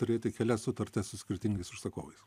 turėti kelias sutartis su skirtingais užsakovais